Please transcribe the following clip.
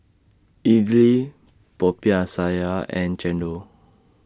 Idly Popiah Sayur and Chendol